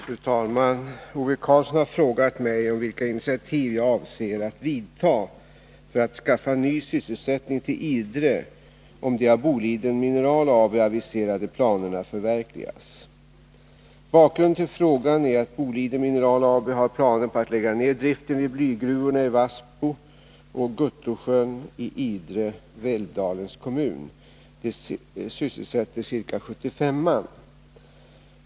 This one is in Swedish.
Fru talman! Ove Karlsson har frågat mig vilka initiativ jag avser att vidta för att skaffa ny sysselsättning till Idre om de av Boliden Mineral AB aviserade planerna förverkligas. Bakgrunden till frågan är att Boliden Mineral AB har planer på att lägga ned driften vid blygruvorna i Vassbo och Guttusjön i Idre, Älvdalens kommun. De sysselsätter ca 75 man.